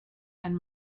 and